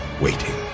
waiting